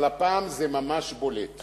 אבל הפעם זה ממש בולט.